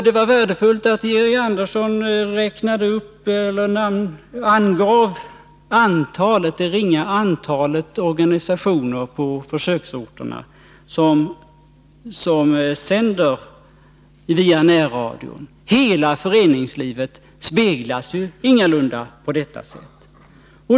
Det var värdefullt att Georg Andersson angav det ringa antalet organisationer på försöksorterna som sänder via närradion. Hela föreningslivet speglas ingalunda på detta sätt.